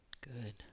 Good